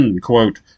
quote